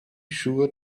sure